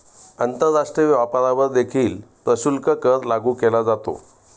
आंतरराष्ट्रीय व्यापारावर देखील प्रशुल्क कर लागू केला जातो